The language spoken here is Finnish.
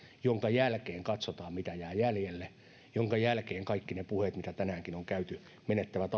jonka jälkeen katsotaan mitä jää jäljelle ja jonka jälkeen kaikki ne puheet mitä tänäänkin on ollut menettävät